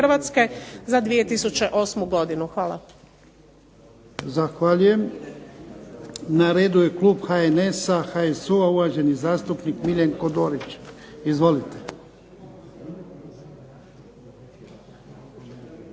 za 2008. godinu a